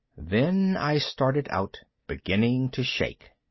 then i started out, beginning to shake.